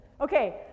Okay